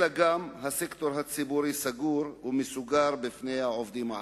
אלא שגם הסקטור הציבורי סגור ומסוגר בפני העובדים הערבים.